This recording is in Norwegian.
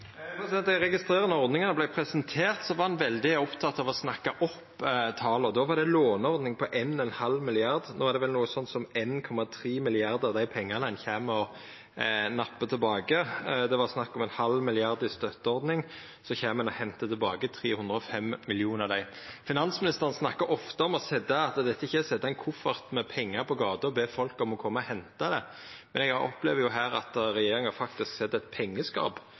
ordninga vart presentert, var ein veldig oppteken av å snakka opp tala. Då var låneordninga på 1,5 mrd. kr. No er det vel noko slikt som 1,3 mrd. kr av dei pengane ein kjem og nappar tilbake. Det var snakk om ein halv milliard kroner i støtteordninga, og så kjem ein og hentar tilbake 350 mill. kr av dei. Finansministeren snakkar ofte om at dette ikkje er som å setja ein koffert med pengar på gata og be folk om å koma og henta, men eg opplever her at regjeringa faktisk set eit pengeskap